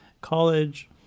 college